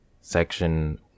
Section